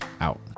out